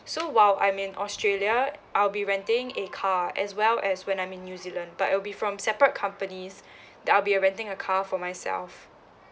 so while I'm in australia I'll be renting a car as well as when I'm in new zealand but it will be from separate companies that I'll be renting a car for myself